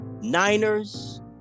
niners